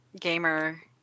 gamer